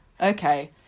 Okay